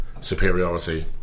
superiority